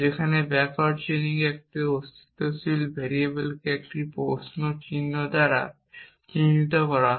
যেখানে backward chaining এ একটি অস্তিত্বশীল ভেরিয়েবলকে একটি প্রশ্ন চিহ্ন দ্বারা চিহ্নিত করা হয়